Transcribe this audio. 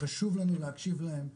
חשוב לנו להקשיב להם,